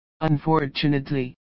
Unfortunately